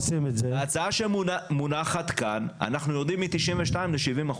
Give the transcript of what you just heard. בהצעה שמונחת כאן אנחנו יורדים מ-92% ל-70%.